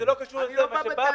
מדובר פה בקורונה,